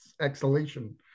exhalation